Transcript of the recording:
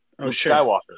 Skywalker